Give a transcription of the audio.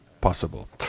possible